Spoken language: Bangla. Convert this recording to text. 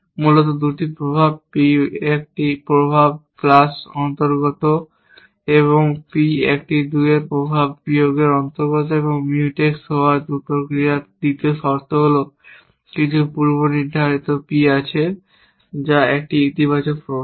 মূলত 2টি প্রভাব P একটি 1 এর প্রভাব প্লাস এর অন্তর্গত এবং P একটি 2 এর প্রভাব বিয়োগের অন্তর্গত Mutex হওয়ার দুটি ক্রিয়ার দ্বিতীয় শর্ত হল কিছু পূর্বনির্ধারিত P আছে যা একটি ইতিবাচক প্রভাব